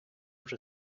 вже